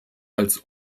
als